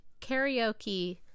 karaoke